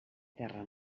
terra